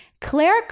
Claire